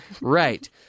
right